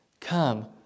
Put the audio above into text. come